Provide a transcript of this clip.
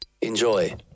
Enjoy